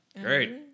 great